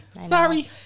sorry